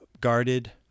guarded